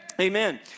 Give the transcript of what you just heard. amen